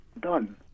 done